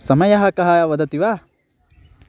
समयः कः वदति वा